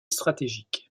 stratégiques